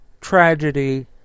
Tragedy